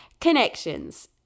connections